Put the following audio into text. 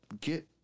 get